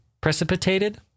precipitated